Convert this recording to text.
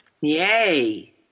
Yay